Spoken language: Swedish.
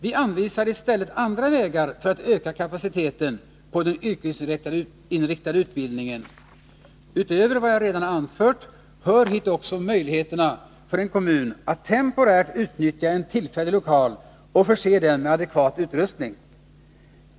Vi anvisar i stället andra vägar för att öka kapaciteten på den yrkesinriktade utbildningen. Utöver vad jag redan anfört hör hit också möjligheterna för en kommun att temporärt utnyttja en tillfällig lokal och förse den med adekvat utrustning.